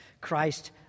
Christ